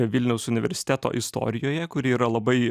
vilniaus universiteto istorijoje kuri yra labai